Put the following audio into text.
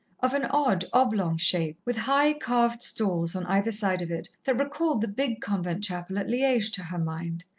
of an odd oblong shape, with high, carved stalls on either side of it that recalled the big convent chapel at liege to her mind.